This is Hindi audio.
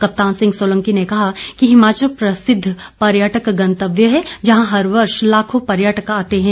कप्तान सिंह सोलंकी ने कहा कि हिमाचल प्रसिद्व पर्यटक गंतव्य है जहां हर वर्ष लाखों पर्यटक आते हैं